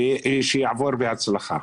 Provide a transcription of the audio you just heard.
ושיעבור בהצלחה.